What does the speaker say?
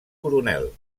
coronel